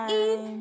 eat